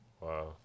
Wow